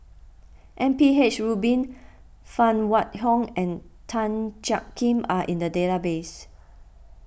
M P H Rubin Phan Wait Hong and Tan Jiak Kim are in the database